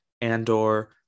Andor